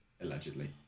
allegedly